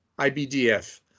ibdf